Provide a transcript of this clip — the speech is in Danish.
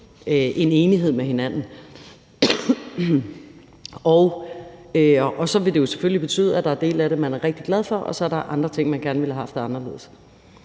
en enighed med hinanden, og det vil jo selvfølgelig så betyde, at der er dele af det, som man er rigtig glad for, og at der er andre ting, som man gerne ville have haft anderledes,